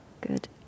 good